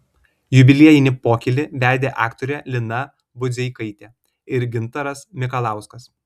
jubiliejinį pokylį vedė aktorė lina budzeikaitė ir gintaras mikalauskas